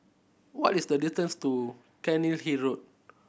what is the distance to Cairnhill Road